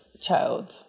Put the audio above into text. child